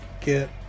get